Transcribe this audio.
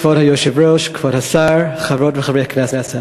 כבוד היושב-ראש, כבוד השר, חברות וחברי הכנסת,